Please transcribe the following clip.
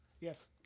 yes